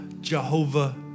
Jehovah